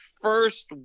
first